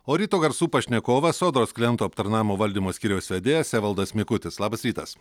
o ryto garsų pašnekovas sodros klientų aptarnavimo valdymo skyriaus vedėjas evaldas mikutis labas rytas